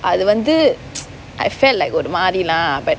அது வந்து:athu vanthu I felt like ஒருமாரி:orumaari lah but